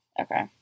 Okay